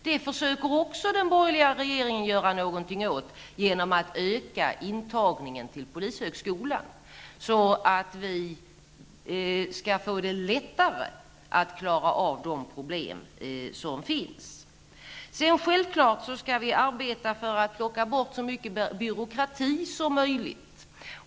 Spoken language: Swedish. Det försöker också den borgerliga regeringen göra någonting åt genom att öka intagningen till polishögskolan, så att vi skall få det lättare att klara av de problem som finns. Självfallet skall vi arbeta för att plocka bort så mycket byråkrati som möjligt.